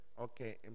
okay